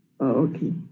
Okay